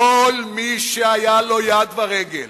כל מי שהיו לו יד ורגל